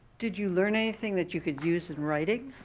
did you learn anything that you could use in writing?